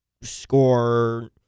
score